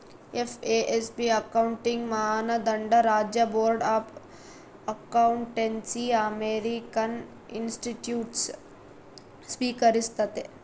FASB accounting ಮಾನದಂಡ ರಾಜ್ಯ board of accountancy American institutes ಸ್ವೀಕರಿಸ್ತತೆ